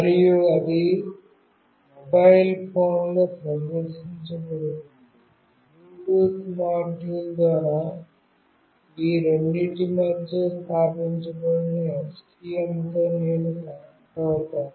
మరియు అది మొబైల్ ఫోన్లో ప్రదర్శించబడుతుంది బ్లూటూత్ మాడ్యూల్ ద్వారా ఈ రెండింటి మధ్య స్థాపించబడిన STM తో నేను కనెక్ట్ అవుతాను